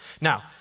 Now